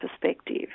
perspective